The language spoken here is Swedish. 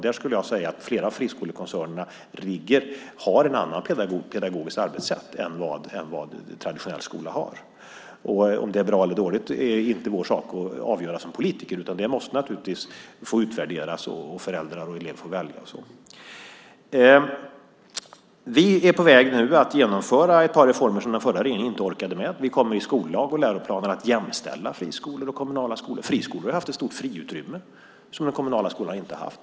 Jag skulle vilja säga att flera av friskolekoncernerna har ett annat pedagogiskt arbetssätt än den traditionella skolan. Om det är bra eller dåligt är inte för oss politiker att avgöra, utan det måste utvärderas; föräldrar och elever måste själva få välja. Vi är nu på väg att genomföra ett par reformer som den förra regeringen inte orkade med. Vi kommer att i skollagen och läroplanen jämställa friskolor och kommunala skolor. Friskolor har haft ett stort friutrymme som den kommunala skolan inte har haft.